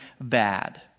bad